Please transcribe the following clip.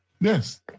Yes